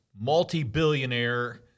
multi-billionaire